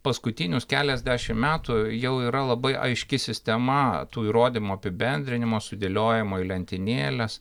paskutinius keliasdešimt metų jau yra labai aiški sistema tų įrodymų apibendrinimo sudėliojimo į lentynėles